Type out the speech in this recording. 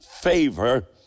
favor